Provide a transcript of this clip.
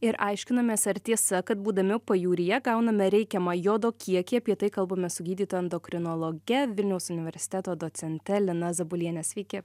ir aiškinomės ar tiesa kad būdami pajūryje gauname reikiamą jodo kiekį apie tai kalbamės su gydytoja endokrinologe vilniaus universiteto docente lina zabuliene sveiki